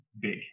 big